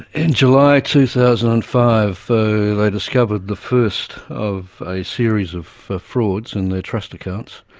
in july two thousand and five they discovered the first of a series of frauds in their trust accounts.